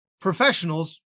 professionals